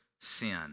sin